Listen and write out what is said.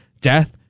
death